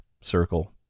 circle